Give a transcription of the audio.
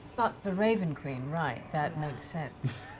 fuck. the raven queen. right, that makes sense.